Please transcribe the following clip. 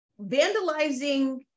vandalizing